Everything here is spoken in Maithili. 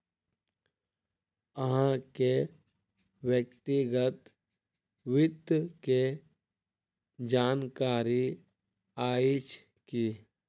अहाँ के व्यक्तिगत वित्त के जानकारी अइछ की?